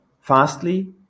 Fastly